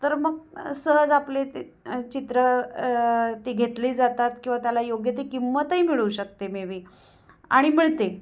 तर मग सहज आपले ते चित्र ती घेतली जातात किंवा त्याला योग्य ती किंमतही मिळू शकते मे बी आणि मिळते